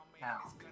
Now